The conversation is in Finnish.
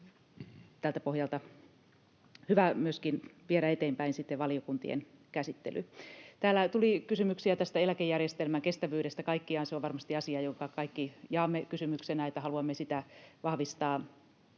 tältä pohjalta on hyvä myöskin viedä eteenpäin sitten valiokuntien käsittely. Täällä tuli kysymyksiä tästä eläkejärjestelmän kestävyydestä kaikkiaan. Se on varmasti asia, jonka kaikki jaamme kysymyksenä, että haluamme sitä vahvistaa